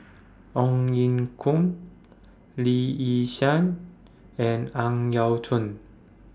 Ong Ye Kung Lee Yi Shyan and Ang Yau Choon